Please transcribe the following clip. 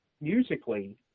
musically